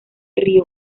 río